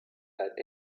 had